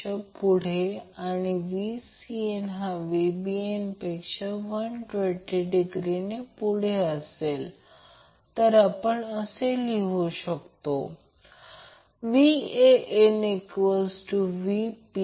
त्याचप्रमाणे या सारख्याच तीन वेगवेगळ्या वायंडीगना जे एकमेकांपासून 120° वेगळे ठेवलेले आहेत त्यामध्ये आउटपुट व्होल्टेज तयार होईल